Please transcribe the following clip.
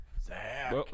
Zach